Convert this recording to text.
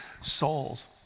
souls